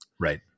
Right